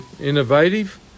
innovative